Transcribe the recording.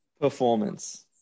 Performance